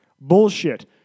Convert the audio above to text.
Bullshit